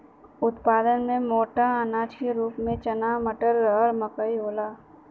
उत्पादन में मोटा अनाज के रूप में चना मटर, रहर मकई होला